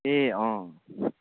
ए अँ